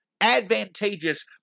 advantageous